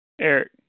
Eric